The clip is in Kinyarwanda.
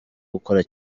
gukora